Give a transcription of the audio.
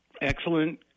Excellent